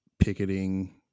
picketing